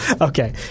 Okay